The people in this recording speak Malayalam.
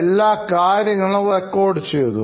എല്ലാ കാര്യങ്ങളും റെക്കോർഡ് ചെയ്തു